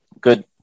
Good